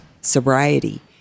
Sobriety